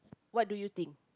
what do you think